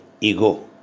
ego